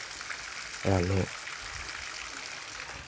ৰান্ধো